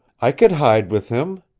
i could hide with him.